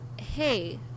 hey